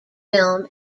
film